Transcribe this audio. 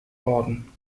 worden